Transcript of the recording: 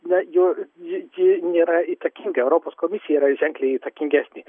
na jo ji ji nėra įtakinga europos komisija yra ženkliai įtakingesnė